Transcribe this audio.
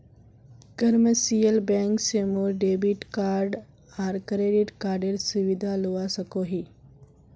commercial bank से मोर debit card आर क्रेडिट कार्डेर सुविधा लुआ सकोही